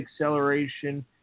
acceleration